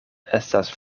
estas